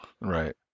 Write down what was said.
Right